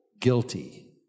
guilty